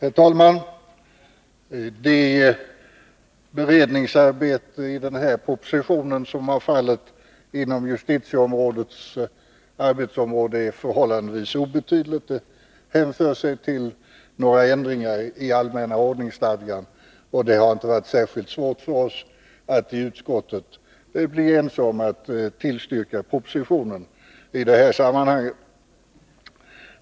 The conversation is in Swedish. Herr talman! Det beredningsarbete med anledning av den här propositionen som har fallit inom justitieutskottets arbetsområde är förhållandevis obetydligt. Det hänför sig till några ändringar i allmänna ordningsstadgan, och det har inte varit särskilt svårt för oss att i utskottet bli ense om att tillstyrka propositionen i detta sammanhang.